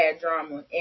drama